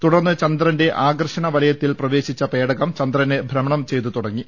തുടർന്ന് ചന്ദ്രന്റെ ആകർഷണ വലയത്തിൽ പ്രവേശിച്ച പേടകം ചന്ദ്രനെ ഭ്രമണം ചെയ്തു തുടങ്ങി